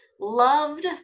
loved